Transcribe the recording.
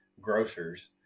grocers